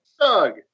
Doug